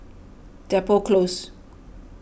Depot Close